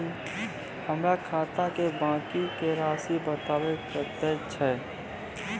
हमर खाता के बाँकी के रासि बताबो कतेय छै?